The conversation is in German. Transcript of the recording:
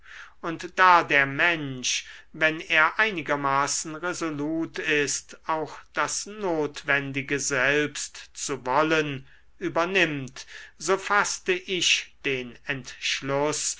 und da der mensch wenn er einigermaßen resolut ist auch das notwendige selbst zu wollen übernimmt so faßte ich den entschluß